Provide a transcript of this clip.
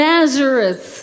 Nazareth